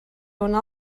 una